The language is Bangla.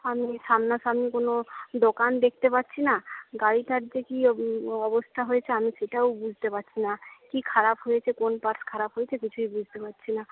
আমি সামনাসামনি কোনো দোকান দেখতে পাচ্ছিনা গাড়িটার যে কি অবস্থা হয়েছে আমি সেটাও বুঝতে পারছিনা কি খারাপ হয়েছে কোন পার্টস খারাপ হয়েছে কিছুই বুঝতে পারছিনা